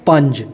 ਪੰਜ